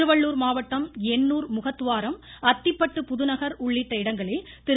திருவள்ளுர் மாவட்டம் எண்ணூர் முகத்துவாரம் அத்திப்பட்டு புதுநகர் உள்ளிட்ட இடங்களில் திரு